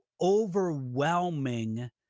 overwhelming